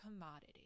commodity